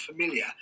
familiar